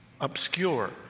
obscure